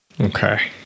Okay